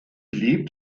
lebt